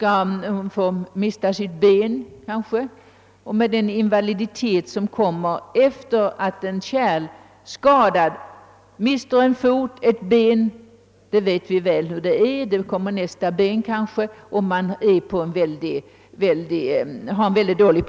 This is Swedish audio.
av en fot eller ett ben med den invaliditet som därav följer. Det kan sedan mycket väl hända att även det andra benet måste amputeras, och prognosen är över huvud taget mycket dålig.